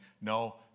no